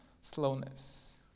slowness